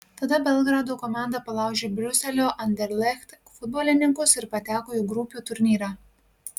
tada belgrado komanda palaužė briuselio anderlecht futbolininkus ir pateko į grupių turnyrą